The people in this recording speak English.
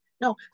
No